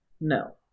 no